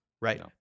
Right